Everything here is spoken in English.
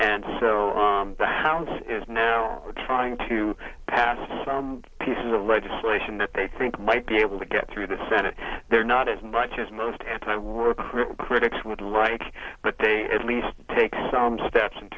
and so the house is now trying to pass some pieces of legislation that they think might be able to get through the senate there not as much as most time work critics would right but they at least take some steps in